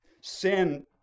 Sin